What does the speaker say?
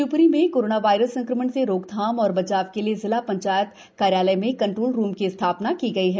शिव री जिले में कोरोना वायरस संक्रमण से रोकथाम और बचाव के लिए जिला ंचायत कार्यालय में कंट्रोल रूम की स्था ना की गई है